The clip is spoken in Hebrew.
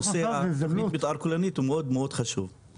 נושא תוכנית המתאר הכוללנית הוא מאוד מאוד חשוב.